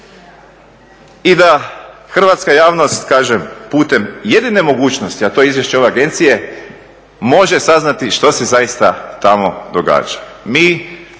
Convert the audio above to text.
I da hrvatska javnost kažem putem jedine mogućnosti a to je izvješće ove agencije može saznati što se zaista tamo događa. Mi